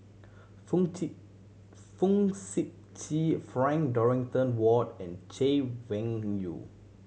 Fong Trip Fong Sip Chee Frank Dorrington Ward and Chay Weng Yew